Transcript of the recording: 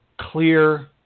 clear